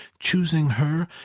choosing her,